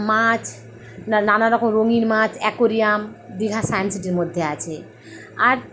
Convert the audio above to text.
মাছ নানারকম রঙিন মাছ অ্যাকোরিয়াম দীঘা সায়েন্স সিটির মধ্যে আছে আর